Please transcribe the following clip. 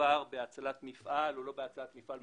מדובר כאן בהצלת מפעל או באי הצלת מפעל,